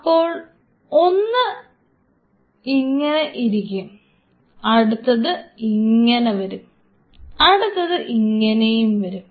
അപ്പോൾ ഒന്ന് ഇങ്ങനെ ഇരിക്കും അടുത്തത് ഇങ്ങനെ വരും ഇത് ഇങ്ങനെയും വരും